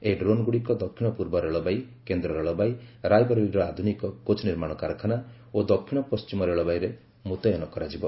ଏହି ଡ୍ରୋନ୍ଗୁଡ଼ିକ ଦକ୍ଷିଣ ପୂର୍ବ ରେଳବାଇ କେନ୍ଦ୍ର ରେଳବାଇ ରାୟବରେଲିର ଆଧୁନିକ କୋଚ୍ ନିର୍ମାଣ କାରଖାନା ଓ ଦକ୍ଷିଣ ପଶ୍ଚିମ ରେଳବାଇରେ ମୁତ୍ୟନ କରାଯିବ